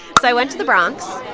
so i went to the bronx